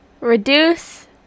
reduce